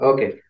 Okay